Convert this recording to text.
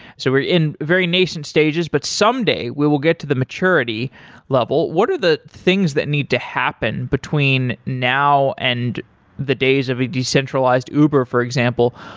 so we're in very nascent stages, but someday we will get to the maturity level. what are the things that need to happen between now and the days of a decentralized uber, for example?